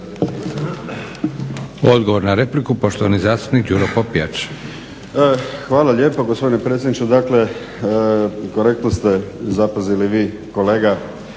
Odgovor na repliku, poštovani zastupnik Đuro Popijač. **Popijač, Đuro (HDZ)** Hvala lijepo gospodine predsjedniče. Dakle, korektno ste zapazili vi kolega